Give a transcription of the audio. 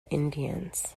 indians